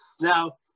Now